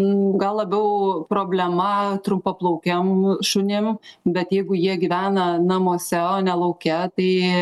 gal labiau problema trumpaplaukiam šunim bet jeigu jie gyvena namuose o ne lauke tai